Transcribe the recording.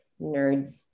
nerd